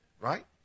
Right